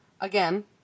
Again